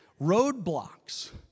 roadblocks